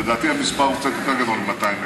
אז לדעתי המספר הוא קצת יותר גדול מ-200,000.